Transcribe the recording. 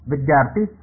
ವಿದ್ಯಾರ್ಥಿ 0